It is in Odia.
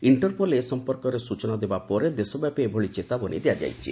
ଇଷ୍ଟପୋଲ ଏ ସମ୍ପନ୍ଧୀୟ ସୂଚନା ଦେବା ପରେ ଦେଶବ୍ୟାପୀ ଏଭଳି ଚେତାବନୀ ଦିଆଯାଇଛି